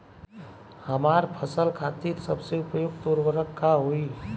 हमार फसल खातिर सबसे उपयुक्त उर्वरक का होई?